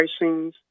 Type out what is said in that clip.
pricings